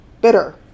Bitter